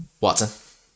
Watson